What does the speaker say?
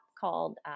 called